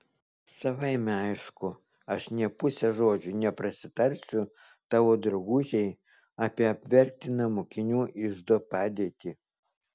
savaime aišku aš nė puse žodžio neprasitarsiu tavo draugužei apie apverktiną mokinių iždo padėtį